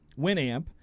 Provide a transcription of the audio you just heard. Winamp